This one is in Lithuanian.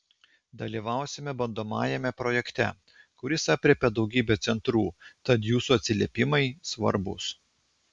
dalyvausime bandomajame projekte kuris aprėpia daugybę centrų tad jūsų atsiliepimai svarbūs